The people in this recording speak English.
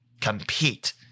compete